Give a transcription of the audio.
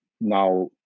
now